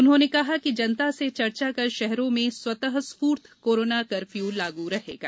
उन्होने कहा कि जनता से चर्चा कर शहरों में स्वतः स्फूर्त कोरोना कर्फ्यू लागू रहेगा